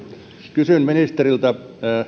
kysyn ministeriltä tämä